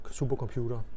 supercomputer